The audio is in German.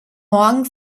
morgen